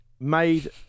made